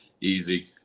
Easy